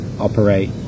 operate